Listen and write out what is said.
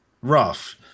rough